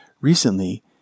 Recently